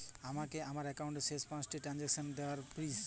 আমাকে আমার একাউন্টের শেষ পাঁচটি ট্রানজ্যাকসন দেখান প্লিজ